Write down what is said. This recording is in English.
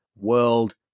World